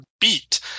beat